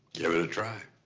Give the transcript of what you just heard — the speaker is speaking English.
give it a try.